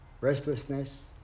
Restlessness